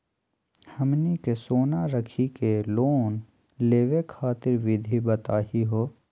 हमनी के सोना रखी के लोन लेवे खातीर विधि बताही हो?